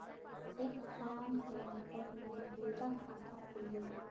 एक खान बैंकोत मोर दुई डा खाता खुल बे?